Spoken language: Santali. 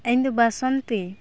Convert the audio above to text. ᱤᱧ ᱫᱚ ᱵᱟᱥᱚᱱᱛᱤ